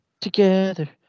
Together